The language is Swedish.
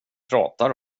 pratar